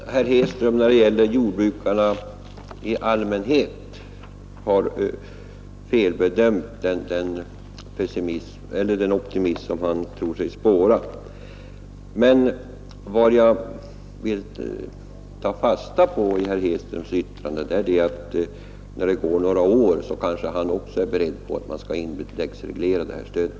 i norra Sverige Herr talman! Jag tror att herr Hedström när det gäller jordbrukarna i allmänhet har felbedömt den optimism som han tror sig spåra. Vad jag vill ta fasta på efter herr Hedströms yttrande är att när det har gått några år kanske han också är beredd att indexreglera det här stödet.